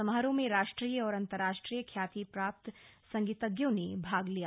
समारोह में राष्ट्रीय और अंतरराष्ट्रीय ख्याति प्राप्त संगीतज्ञों ने भाग लिया